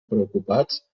preocupats